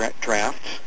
drafts